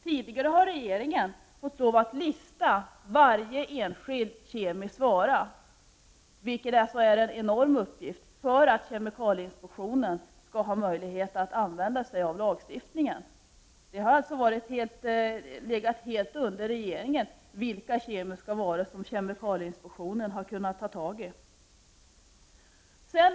Tidigare fick regeringen lov att lista varje enskild kemisk vara, vilket är en enorm uppgift, för att kemikalieinspektionen skulle kunna använda sig av lagen. Det har alltså legat helt på regeringen att avgöra vilka kemiska varor som kemikalieinspektionen skulle kunna ta tagii.